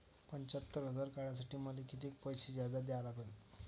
पंच्यात्तर हजार काढासाठी मले कितीक पैसे जादा द्या लागन?